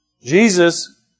Jesus